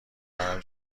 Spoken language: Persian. منم